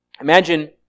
Imagine